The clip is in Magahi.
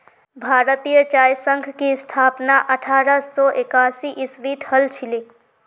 भारतीय चाय संघ की स्थापना अठारह सौ एकासी ईसवीत हल छिले